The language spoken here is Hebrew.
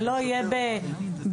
זה לא יהיה בכפיה.